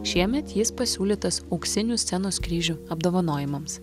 šiemet jis pasiūlytas auksinių scenos kryžių apdovanojimams